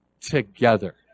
together